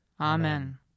Amen